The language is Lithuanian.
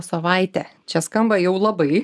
savaitę čia skamba jau labai